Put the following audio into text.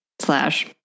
slash